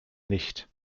nicht